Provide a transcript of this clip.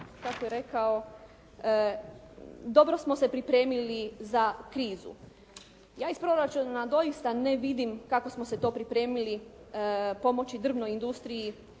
kako je rekao “dobro smo se pripremili za krizu“. Ja iz proračuna doista ne vidim kako smo se to pripremili pomoći drvnoj industriji,